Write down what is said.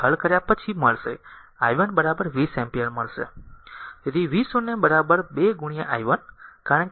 તેથી હલ કર્યા પછી મળશે i 1 20 એમ્પીયર મળશે